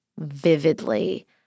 vividly